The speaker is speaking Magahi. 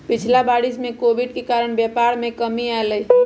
पिछिला वरिस में कोविड के कारणे व्यापार में कमी आयल हइ